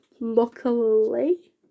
luckily